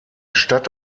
stadt